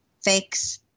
fakes